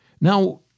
Now